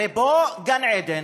הרי פה גן עדן.